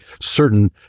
certain